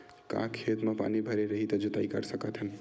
का खेत म पानी भरे रही त जोताई कर सकत हन?